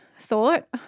thought